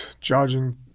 judging